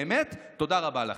באמת תודה רבה לכם.